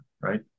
right